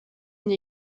une